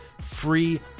free